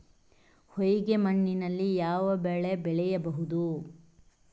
ಹೊಯ್ಗೆ ಮಣ್ಣಿನಲ್ಲಿ ಯಾವ ಬೆಳೆ ಬೆಳೆಯಬಹುದು?